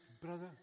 brother